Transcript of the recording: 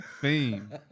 fame